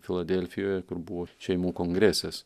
filadelfijoje kur buvo šeimų kongresas